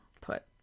put